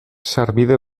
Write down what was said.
sarbide